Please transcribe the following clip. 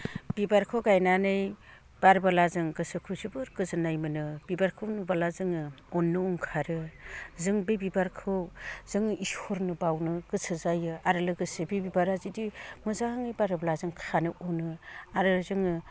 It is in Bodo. बिबारखौ गायनानै बारोब्ला जों गोसोखौ जोबोर गोजोन्नाय मोनो बिबारखौ नुबोला जोङो अन्नो ओंखारो जों बे बिबारखौ जों इसोरनो बावनो गोसो जायो आरो लोगोसे बे बिबारा जुदि मोजाङै बारोब्ला जों खानो अनो आरो जोङो